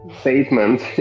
Statement